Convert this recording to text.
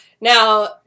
Now